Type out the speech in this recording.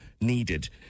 needed